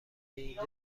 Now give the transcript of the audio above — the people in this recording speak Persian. اینجا